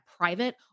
private